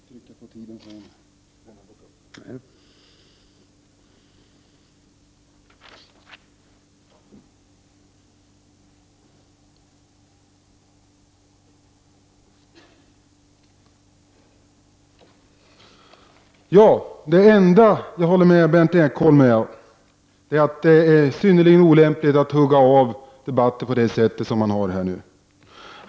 Herr talman! Det enda jag håller med Berndt Ekholm om är att det är synnerligen olämpligt att hugga av debatter på det sätt som man har gjort i det här ärendet.